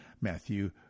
Matthew